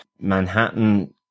Manhattan